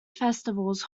festivals